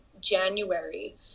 January